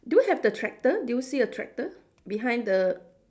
do you have the tractor do you see a tractor behind the